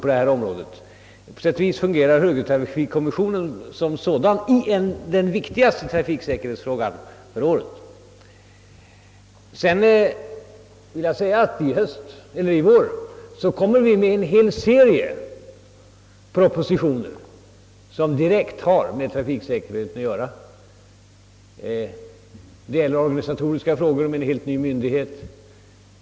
På sätt och vis fungerar högertrafikkommissionen som sådan i den viktigaste trafiksäkerhetsfrågan för året. I vår kommer vi att framlägga en hel serie propositioner som direkt har med trafiksäkerheten att göra. Det gäller organisatoriska frågor i samband med inrättandet av en helt ny myndighet.